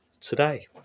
today